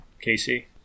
Casey